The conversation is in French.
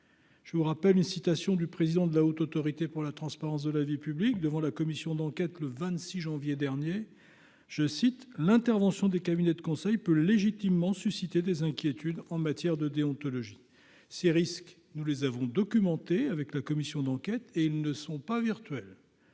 Je vous rappelle une citation du président de la Haute autorité pour la transparence de la vie publique, devant la commission d'enquête le 26 janvier dernier, je cite, l'intervention des cabinets de conseil peut légitimement susciter des inquiétudes en matière de déontologie ces risques, nous les avons documenté avec la commission d'enquête et ils ne sont pas virtuels,